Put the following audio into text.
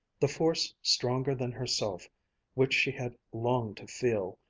the force stronger than herself which she had longed to feel,